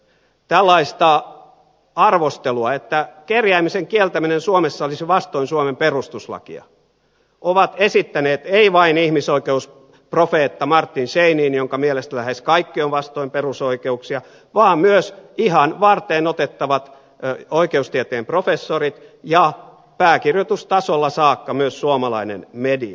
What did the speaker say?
tällaista arvostelua että kerjäämisen kieltäminen suomessa olisi vastoin suomen perustuslakia ovat esittäneet ei vain ihmisoikeusprofeetta martin scheinin jonka mielestä lähes kaikki on vastoin perusoikeuksia vaan myös ihan varteenotettavat oikeustieteen professorit ja pääkirjoitustasolla saakka myös suomalainen media